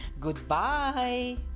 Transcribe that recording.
goodbye